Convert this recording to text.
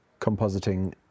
compositing